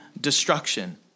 destruction